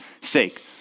sake